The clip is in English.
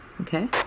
Okay